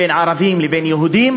בין ערבים לבין יהודים